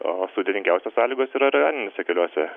o sudėtingiausios sąlygos yra rajoniniuose keliuose